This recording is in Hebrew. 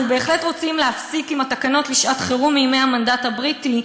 אנחנו באמת רוצים להפסיק עם התקנות לשעת-חירום מימי המנדט הבריטי,